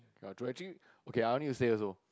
ya true actually okay I need to say also